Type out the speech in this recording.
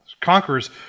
conquerors